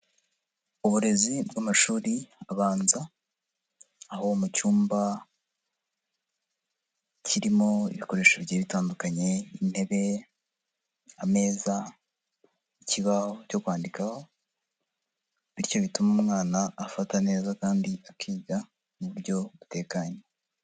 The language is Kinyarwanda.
Uburezi bw'amashuri abanza aho mu cyumba kirimo ibikoresho bigiye bitandukanye nk'intebe, ameza, ikibaho cyo kwandikaho bityo bituma umwana afata neza kandi akiga mu bubyo butekanye.